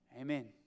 Amen